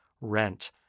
rent